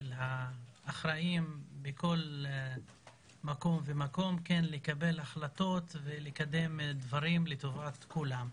של האחראיים בכל מקום ומקום לקבל החלטות ולקדם דברים לטובת כולם.